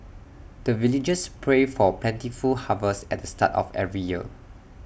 the villagers pray for plentiful harvest at the start of every year